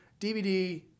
DVD